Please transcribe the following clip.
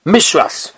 Mishras